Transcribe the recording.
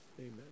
Amen